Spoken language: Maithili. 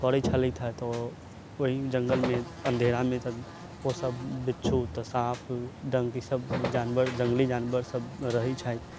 करै छलथि हेँ तऽ ओ ओही जङ्गलमे अन्धेरामे जब ओसभ बिच्छू तऽ साँप डङ्क ईसभ जानवर जङ्गली जानवरसभ रहै छथि